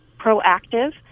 proactive